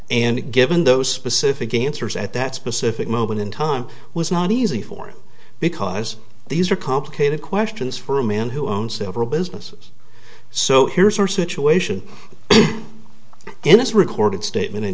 and given those specific answers at that specific moment in time was not easy for him because these are complicated questions for a man who owns several businesses so here's our situation in this recorded statement in